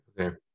okay